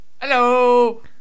Hello